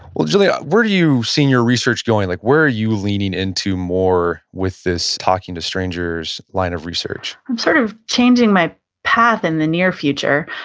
well gillian, where do you see your research going? like where are you leaning into more with this talking to strangers line of research? i'm sort of changing my path in the near future.